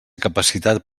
capacitat